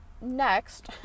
next